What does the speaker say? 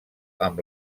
amb